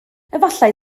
efallai